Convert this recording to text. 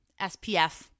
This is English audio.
SPF